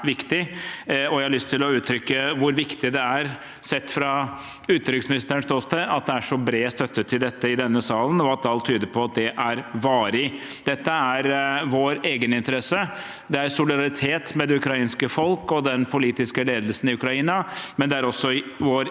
til å uttrykke hvor viktig det er, sett fra utenriksministerens ståsted, at det er så bred støtte til dette i denne salen, og at alt tyder på at det er varig. Dette er i vår egeninteresse. Det er solidaritet med det ukrainske folk og den politiske ledelsen i Ukraina, men det er også i vår